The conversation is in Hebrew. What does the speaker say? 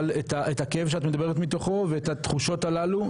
הכאב שאת מדברת מתוכו ואת התחושות הללו,